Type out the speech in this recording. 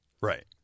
Right